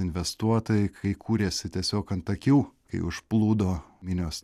investuotojai kai kūrėsi tiesiog ant akių kai užplūdo minios